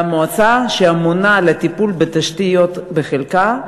והמועצה היא שממונה על הטיפול בתשתיות בחלקה,